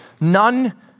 None